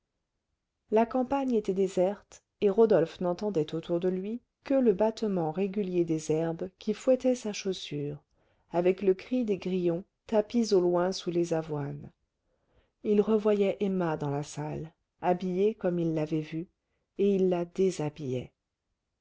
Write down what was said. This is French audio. la campagne était déserte et rodolphe n'entendait autour de lui que le battement régulier des herbes qui fouettaient sa chaussure avec le cri des grillons tapis au loin sous les avoines il revoyait emma dans la salle habillée comme il l'avait vue et il la déshabillait